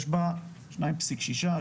יש בה שניים פסיק שישה,